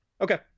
Okay